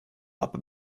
but